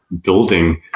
building